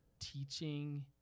teaching